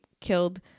killed